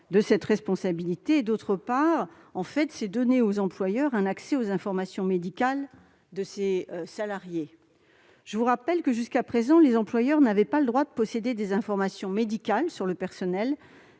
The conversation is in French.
de cette responsabilité ; d'autre part, c'est donner aux employeurs un accès aux informations médicales de leurs salariés. Je vous le rappelle, jusqu'à présent, les employeurs n'avaient pas le droit de posséder des informations médicales sur leur personnel,